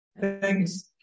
Thanks